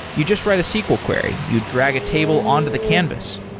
you just write a sql query. you drag a table onto the canvas.